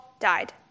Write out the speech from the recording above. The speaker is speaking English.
Died